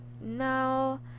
Now